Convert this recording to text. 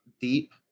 deep